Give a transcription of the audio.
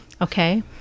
okay